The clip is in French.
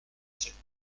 cette